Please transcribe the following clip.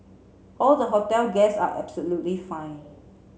all the hotel guests are absolutely fine